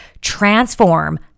transform